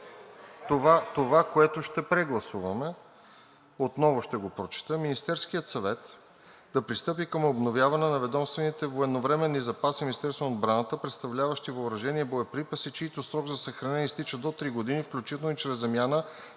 това, което ще прегласуваме. „Министерският съвет да пристъпи към обновяване на ведомствените военновременни запаси на Министерството на отбраната, представляващи въоръжение и боеприпаси, чийто срок на съхранение изтича до три години, включително и чрез замяна